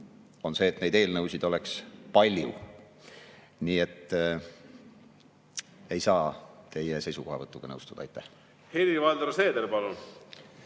on see, et neid eelnõusid on palju. Nii et ma ei saa teie seisukohavõtuga nõustuda. Aitäh!